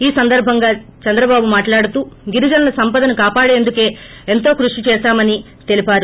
ఈ సందర్భంగా జరిగిన చంద్రబాబు మాట్లాడుతూ గిరిజనుల సంపదను కాపాడేందుకు ఎంతో కృషి చేసామని తెలిపారు